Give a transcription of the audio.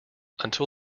until